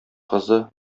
кызы